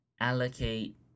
allocate